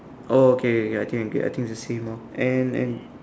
oh okay okay I think I get I think it's the same orh and and